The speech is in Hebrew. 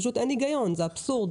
פשוט אין היגיון, זה אבסורד.